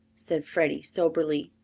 said freddie soberly.